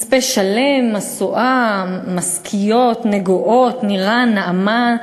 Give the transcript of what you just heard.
מצפה-שלם, משואה, משכיות, נגוהות, נירן, נעמה,